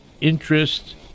interest